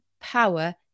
power